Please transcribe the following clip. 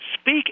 speak